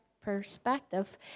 perspective